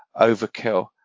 overkill